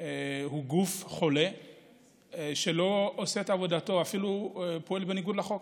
הוא גוף חולה שלא עושה את עבודתו ואפילו פועל בניגוד לחוק.